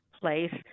place